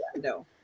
no